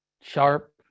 sharp